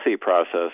process